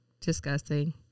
disgusting